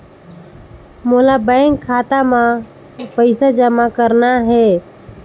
मोला बैंक खाता मां पइसा जमा करना हे?